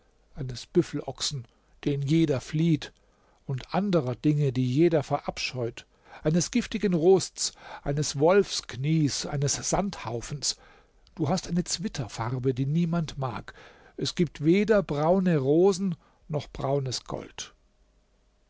eines büffelochsen den jeder flieht und anderer dinge die jeder verabscheut eines giftigen rosts eines wolfsknies eines sandhaufens du hast eine zwitterfarbe die niemand mag es gibt weder braune rosen noch braunes gold